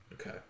Okay